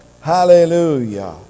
Hallelujah